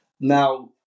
Now